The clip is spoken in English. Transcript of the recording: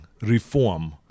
reform